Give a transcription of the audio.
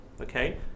okay